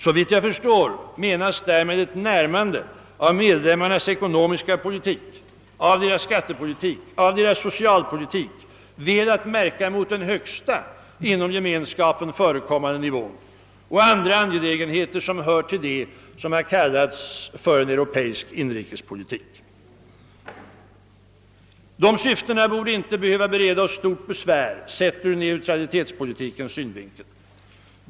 Såvitt jag förstår menas därmed ett närmande av medlemmarnas ekonomiska politik, av deras skattepolitik, av deras socialpolitik, väl att märka mot den högsta inom Gemenskapen förekommande nivån, och andra angelägenheter som hör till det som kallats en europeisk inrikespolitik. Dessa syften borde inte behöva bereda oss stort besvär, sett ur neutralitetspolitikens synvinkel.